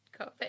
COVID